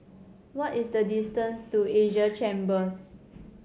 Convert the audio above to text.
what is the distance to Asia Chambers